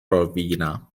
rovina